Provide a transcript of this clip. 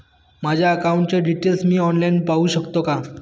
माझ्या अकाउंटचे डिटेल्स मी ऑनलाईन पाहू शकतो का?